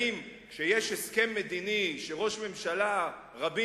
האם כשיש הסכם מדיני שראש הממשלה רבין,